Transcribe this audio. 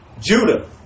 Judah